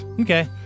Okay